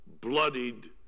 bloodied